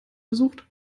besucht